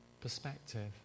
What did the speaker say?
perspective